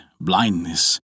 Blindness